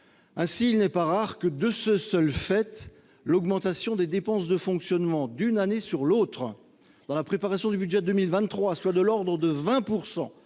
Ainsi, il n'est pas rare que, de ce seul fait, l'augmentation des dépenses de fonctionnement d'une année sur l'autre dans la préparation du budget pour 2023 soit de l'ordre de 20